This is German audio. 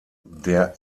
der